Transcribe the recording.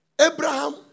Abraham